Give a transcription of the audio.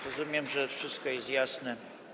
Rozumiem, że wszystko jest jasne.